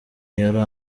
yari